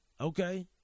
okay